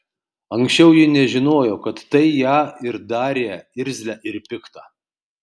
anksčiau ji nežinojo kad tai ją ir darė irzlią ir piktą